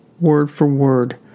word-for-word